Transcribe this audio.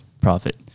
profit